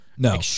No